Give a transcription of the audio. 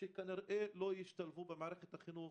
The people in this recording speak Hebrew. שכנראה לא ישתלבו במערכת החינוך